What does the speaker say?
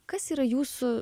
kas yra jūsų